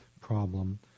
problem